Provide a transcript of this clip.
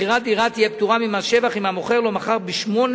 מכירת דירה תהיה פטורה ממס שבח אם המוכר לא מכר בשמונה